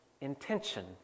intention